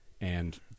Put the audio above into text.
And-